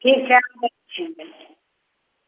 ठीक छै आबै छी हम लै लए